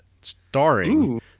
starring